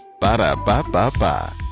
Ba-da-ba-ba-ba